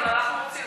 אבל אנחנו רוצים